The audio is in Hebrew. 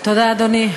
אדוני,